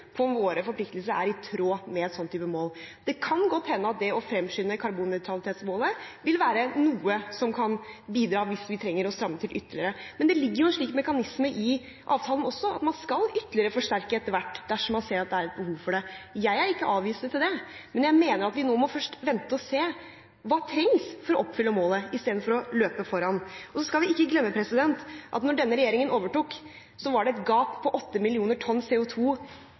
på om våre forpliktelser er i tråd med en sånn type mål. Det kan godt hende at det å fremskynde karbonnøytralitetsmålet vil være noe som kan bidra hvis vi trenger å stramme til ytterligere, men det ligger jo en slik mekanisme i avtalen også, at man skal ytterligere forsterke etter hvert dersom man ser at det er et behov for det. Jeg er ikke avvisende til det, men jeg mener at vi nå først må vente og se hva som trengs for å oppfylle målet, istedenfor å løpe foran. Så skal vi ikke glemme at da denne regjeringen overtok, var det et gap på 8 mill. tonn